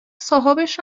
صاحابش